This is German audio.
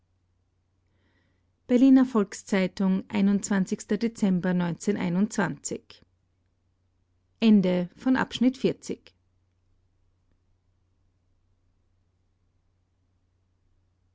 berliner volks-zeitung dezember